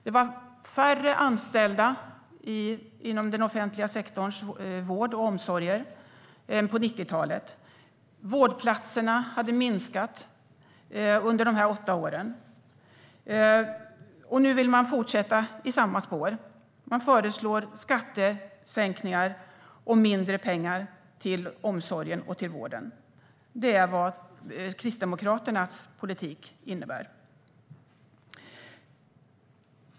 Det var färre anställda inom vård och omsorg i den offentliga sektorn än på 90-talet. Antalet vårdplatser hade minskat under de här åtta åren. Nu vill man fortsätta i samma spår och föreslår skattesänkningar och mindre pengar till omsorgen och vården. Det är vad Kristdemokraternas politik innebär.